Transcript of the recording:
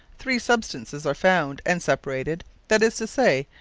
three substances are found, and separated, that is to say,